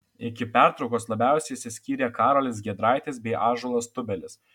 iki pertraukos labiausiai išsiskyrė karolis giedraitis bei ąžuolas tubelis